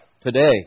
today